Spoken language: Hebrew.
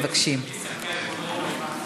כן, מבקשים לא לבכות.